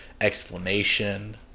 explanation